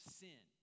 sin